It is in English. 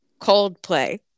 Coldplay